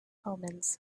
omens